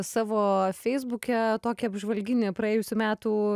savo feisbuke tokį apžvalginį praėjusių metų